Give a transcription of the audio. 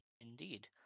indeed